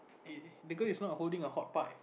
E the girl is not holding a hot pie